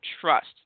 trust